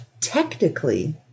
technically